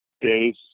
days